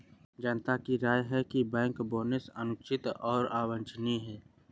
जनता की राय है कि बैंक बोनस अनुचित और अवांछनीय है